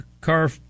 car